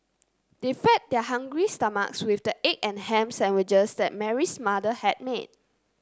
they fed their hungry stomachs with the egg and ham sandwiches that Mary's mother had made